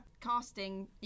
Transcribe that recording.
casting